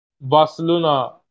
Barcelona